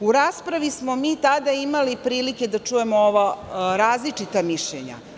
U raspravi smo mi tada imali prilike da čujemo različita mišljenja.